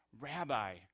Rabbi